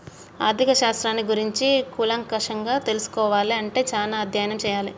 ఆర్ధిక శాస్త్రాన్ని గురించి కూలంకషంగా తెల్సుకోవాలే అంటే చానా అధ్యయనం చెయ్యాలే